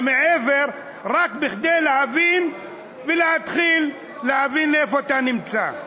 מעבר רק כדי להבין ולהתחיל להבין איפה אתה נמצא.